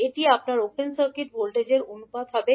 এটি আপনার open circuit ভোল্টেজের অনুপাত হবে